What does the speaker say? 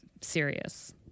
serious